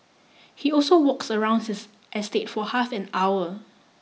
he also walks around his estate for half an hour